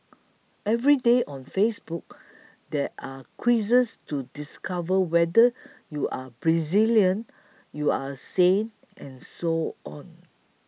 every day on Facebook there are quizzes to discover whether you are Brazilian you are a saint and so on